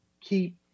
keep